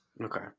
okay